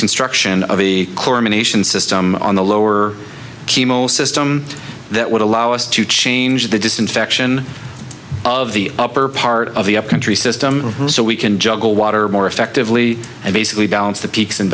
construction of the nation system on the lower chemo system that would allow us to change the disinfection of the upper part of the upcountry system so we can juggle water more effectively and basically balance the peaks and